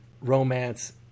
romance